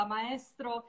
Maestro